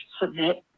submit